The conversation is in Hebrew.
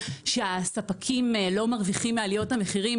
שהספקים לא מרוויחים מעליות המחירים,